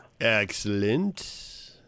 Excellent